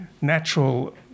natural